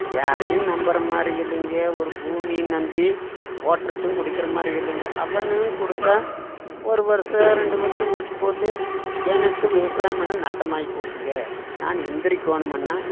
யாரையும் நம்பரமாதிரி இல்லைங்க ஒரு பூமி நம்பி ஓட்றதுக்கும் கொடுக்குறமாரி இல்லைங்க அவனும் கொடுத்தா ஒரு வர்ஷம் ரெண்டு வர்ஷம் ஓட்டிபோட்டு எனக்கு விவசாயம் பண்ண நட்டமாகி போச்சுங்க நான் எந்தரிக்கணுமுன்னா